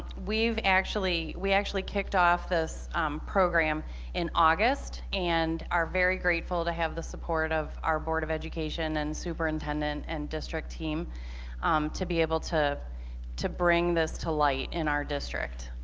we've actually we actually kicked off this program in august and are very grateful to have the support of our board of education and superintendent and district team to be able to to bring this to light in our district.